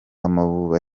amavubi